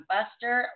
Buster